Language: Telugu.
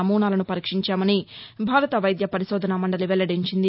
నమూనాలను పరీక్షించామని భారత వైద్య పరిశోధన మండలి వెల్లడించింది